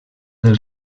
del